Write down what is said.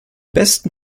besten